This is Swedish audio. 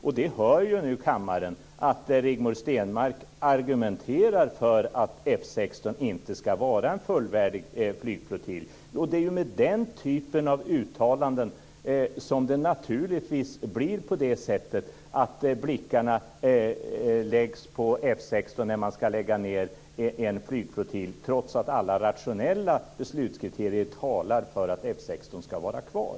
Kammaren hör ju nu att Rigmor Stenmark argumenterar för att F 16 inte ska vara en fullvärdig flygflottilj. Med den typen av uttalanden blir det naturligtvis på det sättet att blickarna läggs på F 16 när man ska lägga ned en flygflottilj trots att alla rationella beslutskriterier talar för att F 16 ska vara kvar.